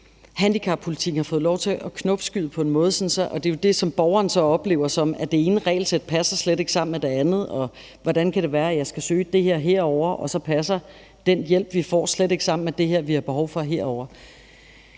handicappolitikken har fået lov til at knopskyde på en måde, som gør, at borgeren oplever det på den måde, at det ene regelsæt slet ikke passer sammen med det andet, og hvordan det kan være, at borgeren skal søge det ene et sted, og så passer den hjælp, der gives, slet ikke sammen med det, der er behov for det